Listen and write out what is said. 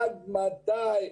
עד מתי,